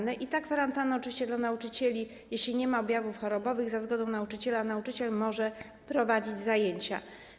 I w przypadku kwarantanny oczywiście dla nauczycieli, jeśli nie ma objawów chorobowych, za zgodą nauczyciela, nauczyciel może prowadzić zajęcia.